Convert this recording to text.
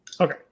Okay